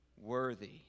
worthy